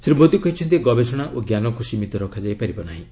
ଶ୍ରୀ ମୋଦୀ କହିଛନ୍ତି ଗବେଷଣା ଓ ଜ୍ଞାନକୁ ସୀମିତ ରଖାଯାଇ ପାରିବ ନାହିଁ